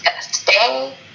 stay